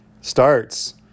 starts